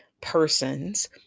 persons